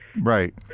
Right